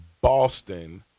Boston